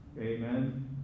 Amen